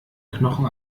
knochen